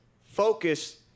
Focus